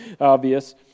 obvious